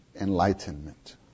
enlightenment